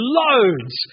loads